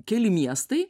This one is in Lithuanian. keli miestai